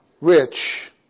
rich